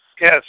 Yes